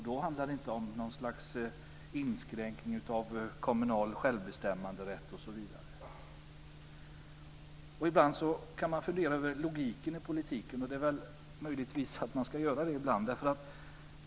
Då handlade det inte om någon inskränkning av kommunal självbestämmanderätt, osv. Ibland kan man fundera över logiken i politiken. Det ska man möjligtvis göra ibland.